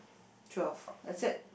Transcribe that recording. twelve that's it